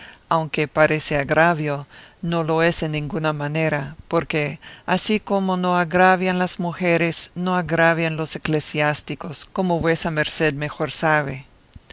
aunque parece agravio no lo es en ninguna manera porque así como no agravian las mujeres no agravian los eclesiásticos como vuesa merced mejor sabe